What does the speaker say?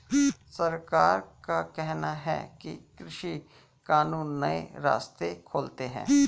सरकार का कहना है कि कृषि कानून नए रास्ते खोलते है